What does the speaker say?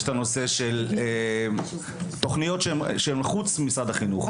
יש את הנושא של תוכניות מחוץ למשרד החינוך.